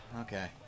okay